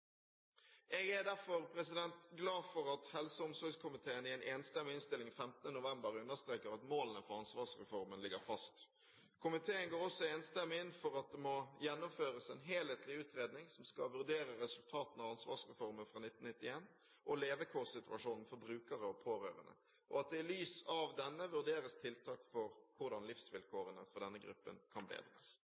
Jeg er derfor glad for at helse- og omsorgskomiteen i en enstemmig innstilling den 15. november understreker at «målene for ansvarsreformen ligger fast». Komiteen går også enstemmig inn for at «det må gjennomføres en helhetlig utredning som vurderer resultatene av ansvarsreformen fra 1991 og levekårssituasjonen for brukere og pårørende, og at det i lys av denne vurderes tiltak for hvordan livsvilkårene for denne gruppen kan bedres».